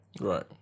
Right